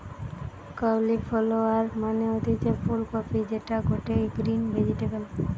cauliflower মানে হতিছে ফুল কপি যেটা গটে গ্রিন ভেজিটেবল